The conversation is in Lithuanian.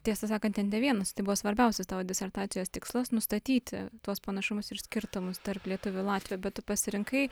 tiesą sakant ten ne vienas tai buvo svarbiausias tavo disertacijos tikslas nustatyti tuos panašumus ir skirtumus tarp lietuvių latvių bet tu pasirinkai